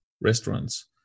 restaurants